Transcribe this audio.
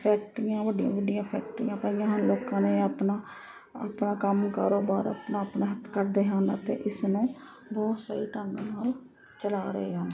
ਫੈਕਟਰੀਆਂ ਵੱਡੀਆਂ ਵੱਡੀਆਂ ਫੈਕਟਰੀਆਂ ਪਾਈਆਂ ਹਨ ਲੋਕਾਂ ਨੇ ਆਪਣਾ ਆਪਣਾ ਕੰਮ ਕਾਰੋਬਾਰ ਆਪਣਾ ਆਪਣਾ ਹੱਥ ਕਰਦੇ ਹਨ ਅਤੇ ਇਸਨੂੰ ਬਹੁਤ ਸਹੀ ਢੰਗ ਨਾਲ ਚਲਾ ਰਹੇ ਹਨ